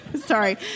sorry